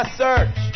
search